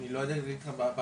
אני לא יודע להגיד את המספר.